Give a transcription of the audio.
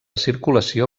circulació